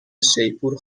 شیپور